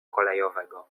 kolejowego